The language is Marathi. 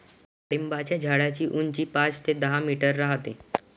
डाळिंबाच्या झाडाची उंची पाच ते दहा मीटर राहते